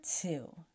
two